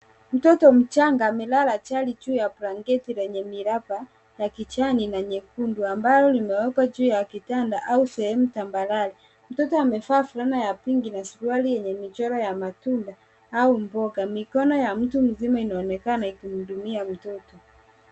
Mtoto mchanga amelala chali juu ya blanketi lenye miraba, la kijani na nyekundu ambalo limewekwa juu ya kitanda au sehemu tambarare. Mtoto amevaa fulana ya pinki na suruali yenye michoro ya matunda au mboga. Mikono ya mtu mzima inaonekana ikimuhudumia mtoto.